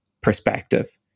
perspective